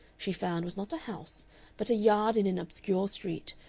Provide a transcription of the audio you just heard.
she found was not a house but a yard in an obscure street,